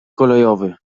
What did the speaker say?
kolejowy